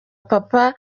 papa